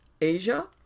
asia